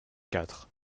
quatre